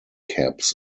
caps